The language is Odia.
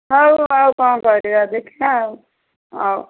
ହଉ ଆଉ କ'ଣ କରିବା ଦେଖବା ଆଉ ହଉ